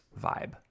vibe